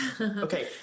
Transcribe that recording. Okay